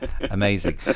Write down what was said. amazing